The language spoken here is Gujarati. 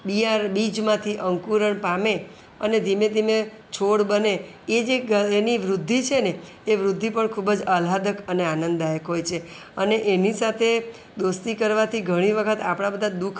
બિયારણ બીજમાંથી અંકુરણ પામે અને ધીમે ધીમે છોડ બને એ જે ગ એની વૃદ્ધિ છે ને તે વૃદ્ધિ પણ ખૂબ જ આહ્લાદક અને આનંદાયક હોય છે અને એની સાથે દોસ્તી કરવાથી ઘણી વખત આપણા બધા દુઃખ